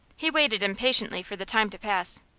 he waited impatiently for the time to pass.